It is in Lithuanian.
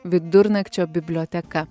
vidurnakčio biblioteka